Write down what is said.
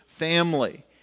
family